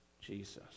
Jesus